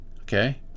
Okay